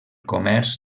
comerç